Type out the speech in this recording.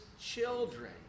children